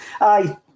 Aye